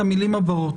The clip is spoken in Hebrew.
את המילים הבאות: